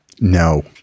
No